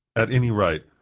at any rate,